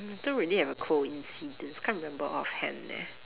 don't really have a coincidence can't remember off hand leh